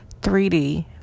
3D